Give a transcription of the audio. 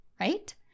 right